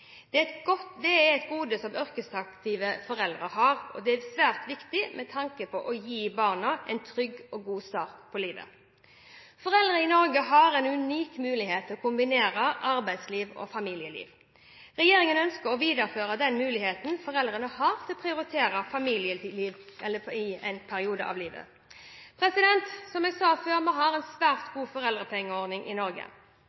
Det er et gode som yrkesaktive foreldre har, og det er svært viktig med tanke på å gi barna en trygg og god start på livet. Foreldre i Norge har en unik mulighet til å kombinere arbeidsliv og familieliv. Regjeringen ønsker å videreføre den muligheten foreldrene har til å prioritere familielivet i en periode av livet. Som jeg har sagt tidligere: Vi har en svært